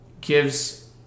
gives